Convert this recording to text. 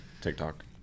TikTok